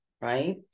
right